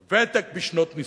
ותק בשנות נישואים,